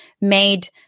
made